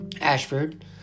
Ashford